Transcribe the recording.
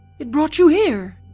it brought you here,